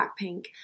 Blackpink